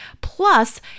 Plus